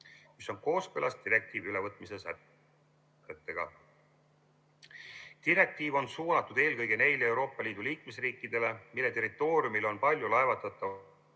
mis on kooskõlas direktiivi ülevõtmise sättega. Direktiiv on suunatud eelkõige neile Euroopa Liidu liikmesriikidele, mille territooriumil on palju laevatatavaid